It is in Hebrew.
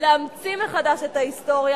להמציא מחדש את ההיסטוריה,